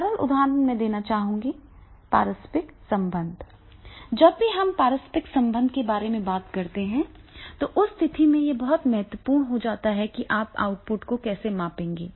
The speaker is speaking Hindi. सरल उदाहरण मैं देना चाहूंगा पारस्परिक संबंध जब भी हम पारस्परिक संबंधों के बारे में बात करते हैं तो उस स्थिति में यह बहुत महत्वपूर्ण हो जाता है कि आप आउटपुट को कैसे मापेंगे